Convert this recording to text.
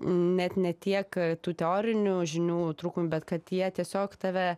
net ne tiek tų teorinių žinių trūkumų bet kad jie tiesiog tave